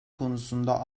konusunda